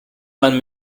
man